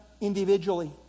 individually